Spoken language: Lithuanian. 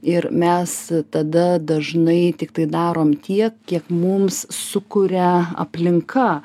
ir mes tada dažnai tiktai darom tiek kiek mums sukuria aplinka